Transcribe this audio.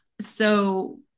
So-